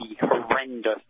horrendous